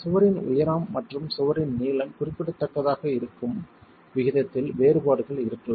சுவரின் உயரம் மற்றும் சுவரின் நீளம் குறிப்பிடத்தக்கதாக இருக்கும் விகிதத்தில் வேறுபாடுகள் இருக்கலாம்